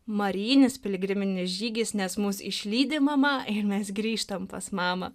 marijinis piligriminis žygis nes mus išlydi mama ir mes grįžtam pas mamą